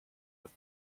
with